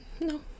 no